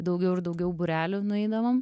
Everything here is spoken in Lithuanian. daugiau ir daugiau būrelių nueidavom